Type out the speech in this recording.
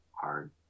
hard